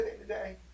today